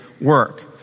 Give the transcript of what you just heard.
work